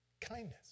kindness